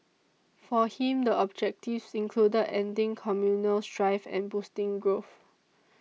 for him the objectives included ending communal strife and boosting growth